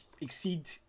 exceed